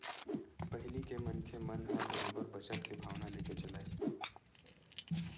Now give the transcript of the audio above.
पहिली के मनखे मन ह बरोबर बचत के भावना लेके चलय